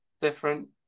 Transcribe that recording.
different